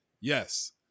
yes